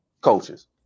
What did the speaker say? coaches